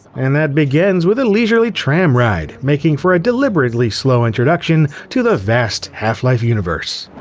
and that begins with a leisurely tram ride, making for a deliberately slow introduction to the vast half-life universe.